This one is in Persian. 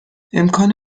امکان